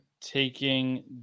taking